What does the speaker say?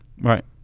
right